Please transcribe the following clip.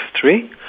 three